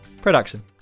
production